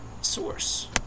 source